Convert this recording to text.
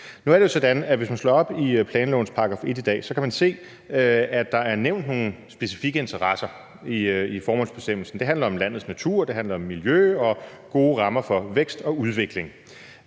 Nu er det jo sådan, at hvis man slår op i planlovens § 1 i dag, kan man se, at der er nævnt nogle specifikke interesser i formålsbestemmelsen. Det handler om landets natur, det handler om miljø og gode rammer for vækst og udvikling.